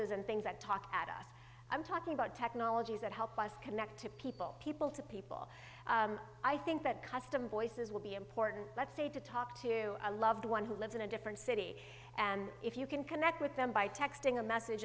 as and things that talk at us i'm talking about technologies that help us connect to people people to people i i think that custom voices would be important let's say to talk to a loved one who lives in a different city and if you can connect with them by texting a message